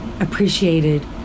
appreciated